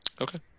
okay